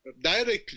directly